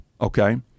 Okay